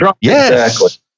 yes